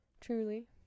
Truly